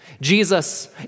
Jesus